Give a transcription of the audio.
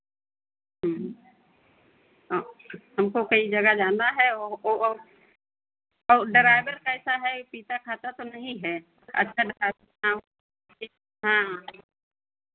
ह्म्म हाँ हमको कई जगह जाना है ओ औ और ड्राइवर कैसा है पीता खाता तो नहीं है अच्छा हाँ